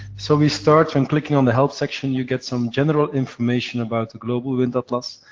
so, we start, from clicking on the help section, you get some general information about the global wind atlas,